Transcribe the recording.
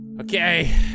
Okay